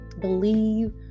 believe